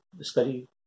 Study